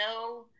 no